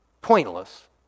pointless